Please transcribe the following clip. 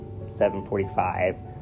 7.45